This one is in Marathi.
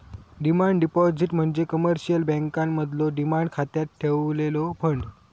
डिमांड डिपॉझिट म्हणजे कमर्शियल बँकांमधलो डिमांड खात्यात ठेवलेलो फंड